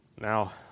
Now